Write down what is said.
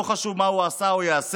לא חשוב מה הוא עשה או יעשה,